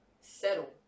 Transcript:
settle